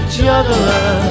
juggler